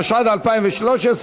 התשע"ד 2013,